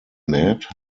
mad